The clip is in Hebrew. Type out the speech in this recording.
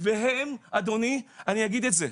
והם, אדוני, אני אגיד את זה,